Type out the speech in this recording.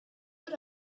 but